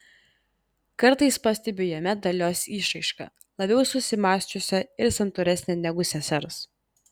kartais pastebiu jame dalios išraišką labiau susimąsčiusią ir santūresnę negu sesers